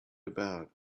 about